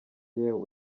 yewe